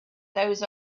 those